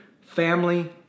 family